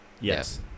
Yes